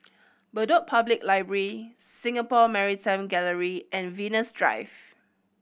Bedok Public Library Singapore Maritime Gallery and Venus Drive